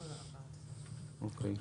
אוקיי,